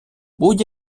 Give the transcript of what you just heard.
будь